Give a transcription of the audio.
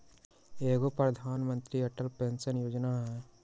एगो प्रधानमंत्री अटल पेंसन योजना है?